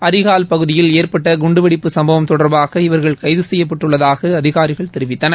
அரிஹால் பகுதியில் ஏற்பட்ட குண்டுவெடிப்பு சம்பவம் தொடர்பாக இவர்கள் கைது செய்யப்பட்டுள்ளதாக அதிகாரிகள் தெரிவித்தனர்